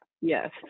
Yes